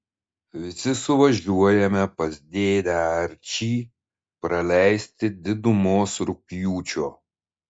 visi suvažiuojame pas dėdę arčį praleisti didumos rugpjūčio